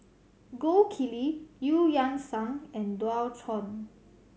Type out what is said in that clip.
Gold Kili Eu Yan Sang and Dualtron